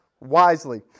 wisely